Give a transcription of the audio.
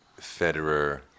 Federer